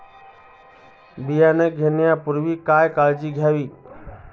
बियाणे घेण्यापूर्वी काय काळजी घ्यावी?